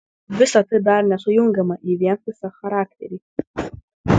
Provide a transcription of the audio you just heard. visa tai dar nesujungiama į vientisą charakterį